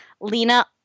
Lena